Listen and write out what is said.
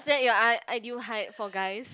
is that your i~ ideal height for guys